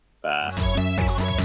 Bye